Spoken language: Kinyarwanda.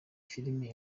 filimi